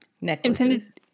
necklaces